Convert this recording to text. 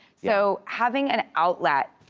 so having an outlet,